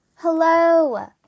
Hello